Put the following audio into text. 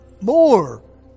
more